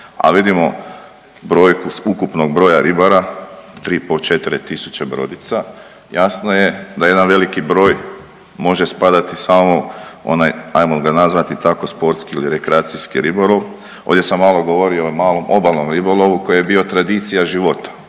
a vidimo brojku ukupnog broja ribara 3,5, 4.000 brodica jasno je da jedan veliki broj može spadati samo u onaj, ajmo ga nazvati tako sportski ili rekreacijski ribolov. Ovdje sam malo govorio o malom obalnom ribolovu koji je bio tradicija života